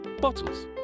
bottles